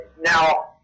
Now